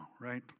right